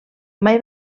mai